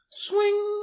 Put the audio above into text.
Swing